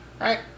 right